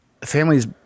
families